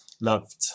Loved